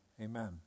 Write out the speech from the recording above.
amen